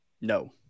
No